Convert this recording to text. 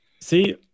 See